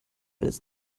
alles